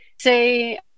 say